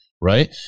right